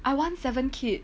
I want seven kid